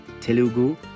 Telugu